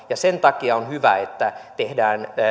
ja sen takia on hyvä että tehdään